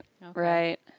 right